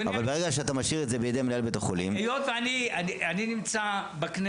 אבל ברגע שאתה משאיר את זה בידי מנהל בית החולים --- אני נמצא בכנסת,